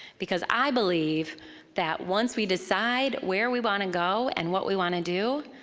because i believe that once we decide where we wanna go and what we wanna do,